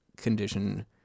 condition